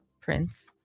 Prince